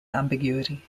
ambiguity